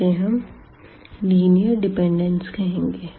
इसे हम linear dependence कहेंगे